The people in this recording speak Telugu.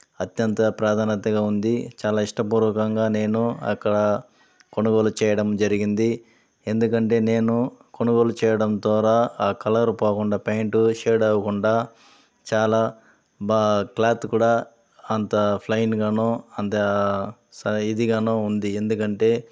అత్యంత ప్రాధాన్యతగా ఉంది చాలా ఇష్టపూర్వకంగా నేను అక్కడ కొనుగోలు చేయడం జరిగింది ఎందుకంటే నేను కొనుగోలు చేయడం ద్వారా ఆ కలర్ పోకుండా ప్యాంటు షేడ్ అవ్వకుండా చాలా బాగా క్లాతు కూడ అంతా ఫ్లైను గాను అంతా ఇదిగాను ఉంది ఎందుకంటే